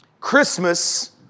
Christmas